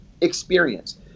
experience